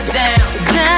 down